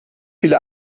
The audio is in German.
viele